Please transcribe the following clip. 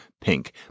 pink